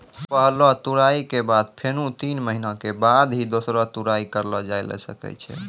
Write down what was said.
पहलो तुड़ाई के बाद फेनू तीन महीना के बाद ही दूसरो तुड़ाई करलो जाय ल सकै छो